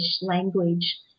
language